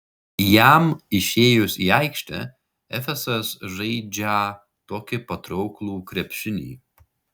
jam išėjus į aikštę efesas žaidžią tokį patrauklų krepšinį